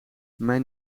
mijn